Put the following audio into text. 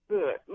Good